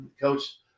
Coach